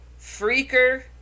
Freaker